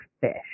fish